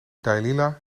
dailila